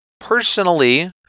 Personally